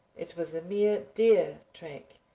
it was a mere deer track.